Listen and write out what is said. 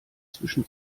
zwischen